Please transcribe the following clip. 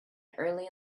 early